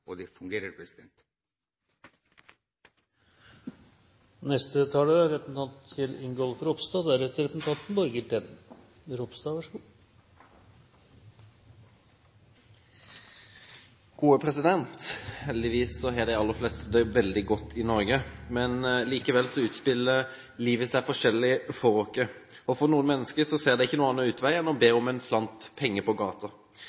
og det fungerer best. Heldigvis har de aller fleste det veldig godt i Norge. Likevel utspiller livet seg forskjellig for oss. Noen mennesker ser ikke noen annen utvei enn å be om en slant penger på gata.